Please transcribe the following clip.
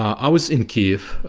i was in kiev